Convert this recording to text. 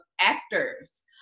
actors